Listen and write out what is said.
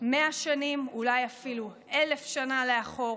מאה שנים, אולי אפילו אלף שנה, לאחור,